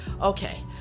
okay